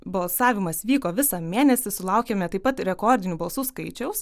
balsavimas vyko visą mėnesį sulaukėme taip pat rekordiniu balsų skaičiaus